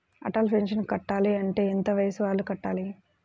Atal pension కట్టాలి అంటే ఎంత వయసు వాళ్ళు కట్టాలి?